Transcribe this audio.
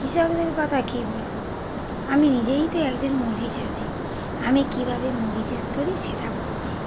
কৃষকদের কথা কী বলব আমি নিজেই তো একজন মুরগি চাষি আমি কীভাবে মুরগি চাষ করি সেটা বলছি